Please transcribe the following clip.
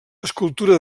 escultura